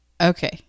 Okay